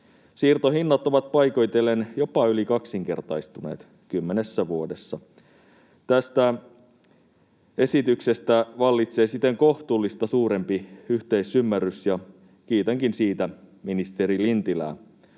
Siirtohinnat ovat paikoitellen jopa yli kaksinkertaistuneet 10 vuodessa. Tästä esityksestä vallitsee siten kohtuullista suurempi yhteisymmärrys, ja kiitänkin siitä ministeri Lintilää,